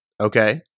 Okay